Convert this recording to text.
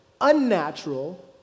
unnatural